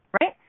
right